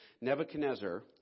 Nebuchadnezzar